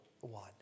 one